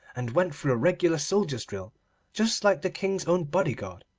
and went through a regular soldier's drill just like the king's own bodyguard.